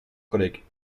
collègue